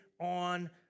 on